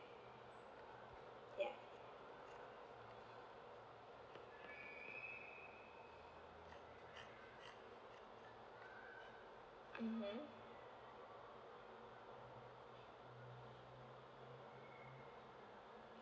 ya mmhmm